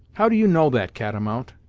how do you know that, catamount?